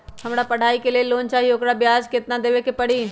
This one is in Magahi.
हमरा पढ़ाई के लेल लोन चाहि, ओकर ब्याज केतना दबे के परी?